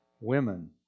Women